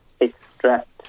extract